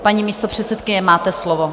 Paní místopředsedkyně, máte slovo.